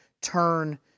turn